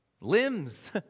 Limbs